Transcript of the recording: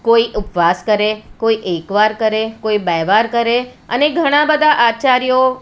કોઈ ઉપવાસ કરે કોઈ એકવાર કરે કોઈ બે વાર કરે અને ઘણા બધા આચાર્યો